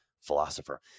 philosopher